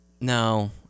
No